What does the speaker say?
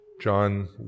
John